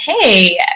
hey